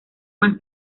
más